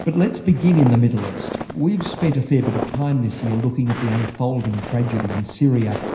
but let's begin in the middle east. we've spent a fair bit of time this year looking at the unfolding tragedy in syria.